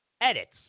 edits